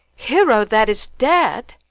hero that is dead!